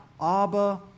Abba